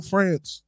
France